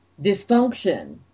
dysfunction